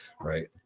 right